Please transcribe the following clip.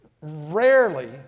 Rarely